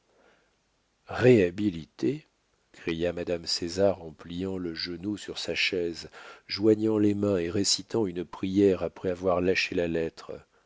réhabilité réhabilité cria madame césar en pliant le genou sur sa chaise joignant les mains et récitant une prière après avoir lâché la lettre